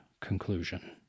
conclusion